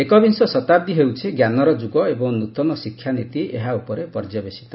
ଏକବିଂଶ ଶତାବ୍ଦୀ ହେଉଛି ଜ୍ଞାନର ଯୁଗ ଏବଂ ନୃତନ ଶିକ୍ଷାନୀତି ଏହା ଉପରେ ପର୍ଯ୍ୟବେସିତ